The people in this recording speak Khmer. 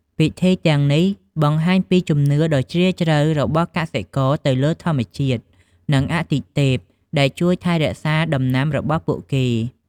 ពិធីទាំងនេះបង្ហាញពីជំនឿដ៏ជ្រាលជ្រៅរបស់កសិករទៅលើធម្មជាតិ និងអាទិទេពដែលជួយថែរក្សាដំណាំរបស់ពួកគេ។